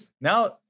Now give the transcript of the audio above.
now